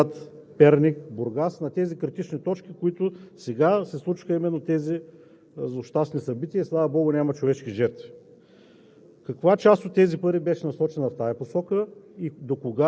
Говоря за територията на София-област, Благоевград, Перник, Бургас – тези критични точки, в които сега се случиха именно тези злощастни събития и, слава богу, няма човешки жертви.